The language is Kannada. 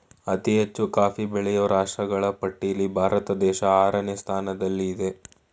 ಅತಿ ಹೆಚ್ಚು ಕಾಫಿ ಬೆಳೆಯೋ ರಾಷ್ಟ್ರಗಳ ಪಟ್ಟಿಲ್ಲಿ ಭಾರತ ದೇಶ ಆರನೇ ಸ್ಥಾನದಲ್ಲಿಆಯ್ತೆ